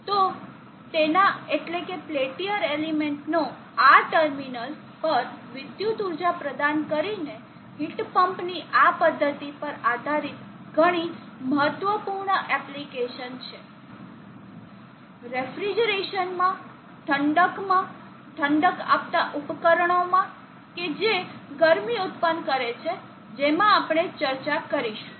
તો તેના એટલેકે પેલ્ટીયર એલિમેન્ટનો ના ટર્મિનલ્સ પર વિદ્યુત ઊર્જા પ્રદાન કરીને હીટ પમ્પની આ પદ્ધતિ પર આધારિત ઘણી મહત્વપૂર્ણ એપ્લીકેશન છે રેફ્રિજરેશનમાં ઠંડકમાં ઠંડક આપતા ઉપકરણોમાં કે જે ગરમી ઉત્પન્ન કરે છે જેમાં આપણે ચર્ચા કરીશું